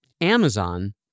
Amazon